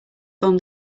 form